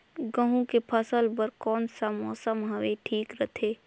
गहूं के फसल बर कौन सा मौसम हवे ठीक रथे?